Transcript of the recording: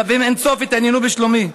רבים אין-סוף התעניינו בשלומי.